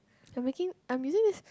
I'm making I'm using this